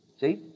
See